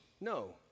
No